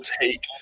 take